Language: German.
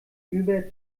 über